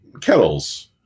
kettles